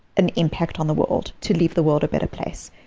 an impact on the world, to leave the world a better place,